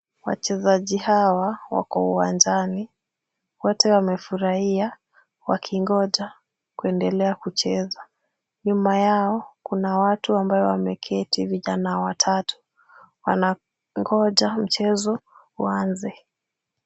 Wachezaji hawa wako uwanjani. Wote wamefuria wakingoja kuendelea kucheza. Nyuma yao kuna watu ambao wameketi vijana watatu. Wanangoja mchezo uanze.